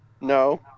No